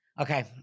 Okay